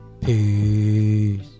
Peace